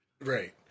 right